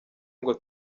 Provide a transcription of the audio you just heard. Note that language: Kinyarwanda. ngo